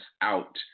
out